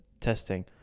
testing